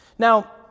Now